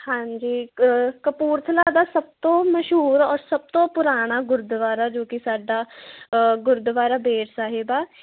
ਹਾਂਜੀ ਕ ਕਪੂਰਥਲਾ ਦਾ ਸਭ ਤੋਂ ਮਸ਼ਹੂਰ ਔਰ ਸਭ ਤੋਂ ਪੁਰਾਣਾ ਗੁਰਦੁਆਰਾ ਜੋ ਕਿ ਸਾਡਾ ਗੁਰਦੁਆਰਾ ਬੇਰ ਸਾਹਿਬ ਆ